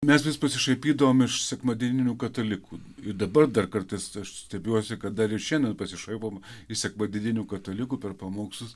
mes vis pasišaipydavom iš sekmadieninių katalikų ir dabar dar kartais stebiuosi kad dar ir šiandien pasišaipom iš sekmadieninių katalikų per pamokslus